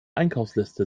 einkaufsliste